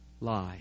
lie